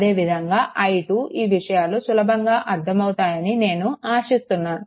అదే విధంగా i2 ఈ విషయాలు సులభంగా అర్థమవుతాయని నేను ఆశిస్తున్నాను